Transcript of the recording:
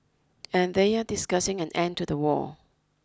and they are discussing an end to the war